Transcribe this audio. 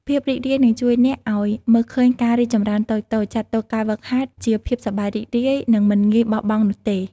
ភាពរីករាយនឹងជួយអ្នកឱ្យ មើលឃើញការរីកចម្រើនតូចៗ ចាត់ទុកការហ្វឹកហាត់ជាភាពសប្បាយរីករាយ និងមិនងាយបោះបង់នោះទេ។